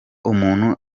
umuntu